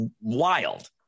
wild